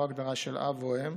או הגדרה של אב או אם,